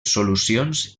solucions